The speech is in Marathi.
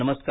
नमस्कार